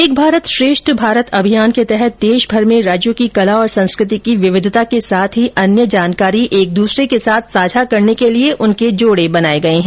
एक भारत श्रेष्ठ अभियान के तहत देशमर में राज्यों की कला और संस्कृति की विविधता के साथ ही अन्य जानकारी एक दूसरे के साथ साझा करने के लिए उनके जोड़े बनाए गए हैं